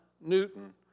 Newton